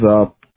up